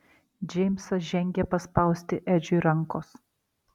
džeimsas žengė paspausti edžiui rankos